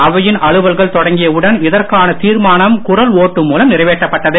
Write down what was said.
அவையின் அலுவல்கள் தொடங்கிய உடன் இதற்கான தீர்மானம் குரல் ஓட்டு மூலம் நிறைவேற்றப்பட்டது